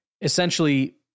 essentially